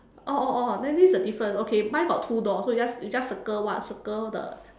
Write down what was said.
oh oh oh then this is the difference okay mine got two doors so you just circle what circle the